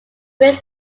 film